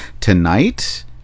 Tonight